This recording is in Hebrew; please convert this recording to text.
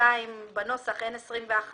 סעיף 22 בנוסח אין סעיף 21